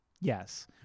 yes